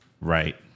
Right